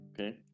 okay